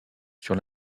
sur